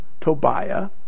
Tobiah